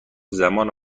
زمان